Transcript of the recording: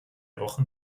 wochen